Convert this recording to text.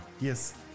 Yes